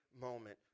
moment